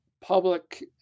public